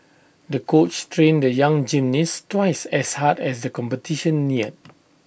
the coach trained the young gymnast twice as hard as the competition neared